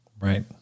Right